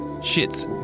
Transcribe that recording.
Shit's